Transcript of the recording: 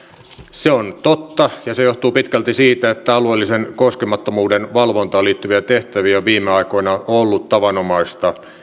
se on totta ja se johtuu pitkälti siitä että alueellisen koskemattomuuden valvontaan liittyviä tehtäviä on viime aikoina ollut tavanomaista